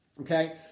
okay